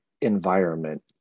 environment